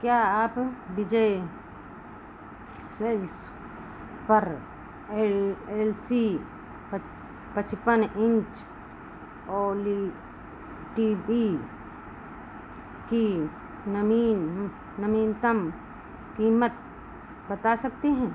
क्या आप विजय सेल्स पर एल एल सी पच पचपन इन्च ओली टी वी की नवीन नवीनतम कीमत बता सकते हैं